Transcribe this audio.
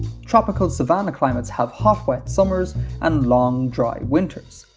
tropical savanna climates have hot, wet summers and long, dry winters.